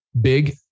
Big